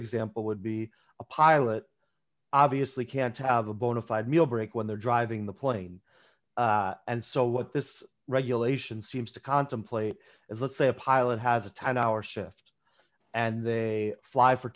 example would be a pilot obviously can't have a bonafide meal break when they're driving the plane and so what this regulation seems to contemplate is let's say a pilot has a ten hour shift and they fly for